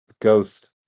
ghost